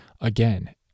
again